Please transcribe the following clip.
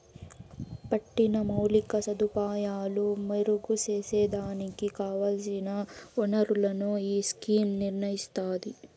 పట్టిన మౌలిక సదుపాయాలు మెరుగు సేసేదానికి కావల్సిన ఒనరులను ఈ స్కీమ్ నిర్నయిస్తాది